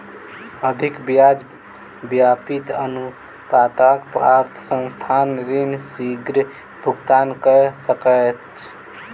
अधिक ब्याज व्याप्ति अनुपातक अर्थ संस्थान ऋण शीग्र भुगतान कय सकैछ